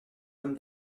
homme